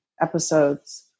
episodes